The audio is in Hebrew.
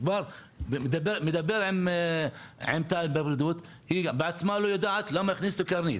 אני מדבר עם טל מהפרקליטות והיא בעצמה לא יודעת למה הכניסו את "קרנית".